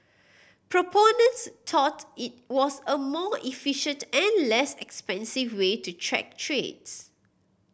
proponents tout it was a more efficient and less expensive way to track trades